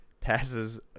passes